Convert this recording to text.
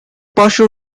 partial